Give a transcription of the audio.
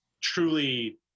truly